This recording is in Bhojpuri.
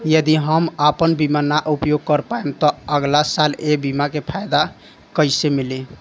यदि हम आपन बीमा ना उपयोग कर पाएम त अगलासाल ए बीमा के फाइदा कइसे मिली?